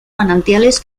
manantiales